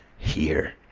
here.